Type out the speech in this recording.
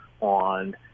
on